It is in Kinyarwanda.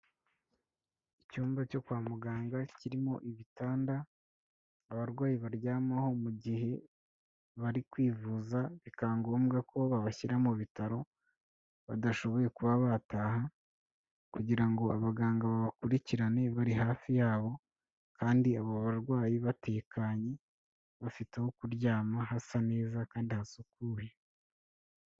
Icyumba cyo kwa muganga kirimo ibitanda abarwayi baryamaho mu gihe bari kwivuza, bikaba ngombwa ko babashyira mu bitaro badashoboye kuba bataha kugira ngo abaganga babakurikirane bari hafi yabo kandi abo barwayi batekanye, bafite aho kuryama hasa neza kandi hasukuye.